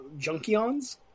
Junkions